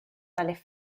tales